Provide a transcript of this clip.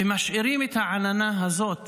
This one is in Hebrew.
ומשאירים את העננה הזאת